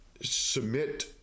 submit